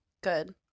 Good